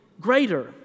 greater